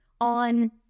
on